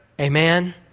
Amen